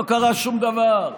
לא קרה שום דבר.